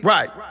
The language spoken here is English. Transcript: Right